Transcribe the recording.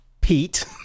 pete